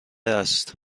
است